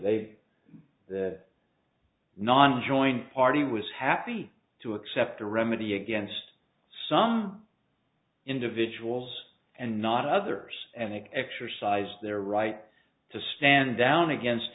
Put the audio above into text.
they that non joint party was happy to accept a remedy against some individuals and not others and exercise their right to stand down against